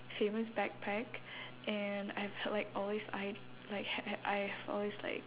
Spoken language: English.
famous backpack and I've had like always eyed like h~ h~ I've always like